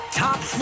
Top